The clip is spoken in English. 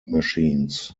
machines